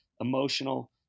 emotional